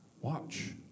Watch